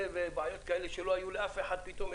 ובעיות כאלה שלא היו לאף אחד ופתאום יש.